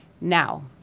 Now